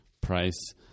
price